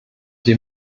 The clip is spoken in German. die